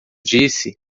disse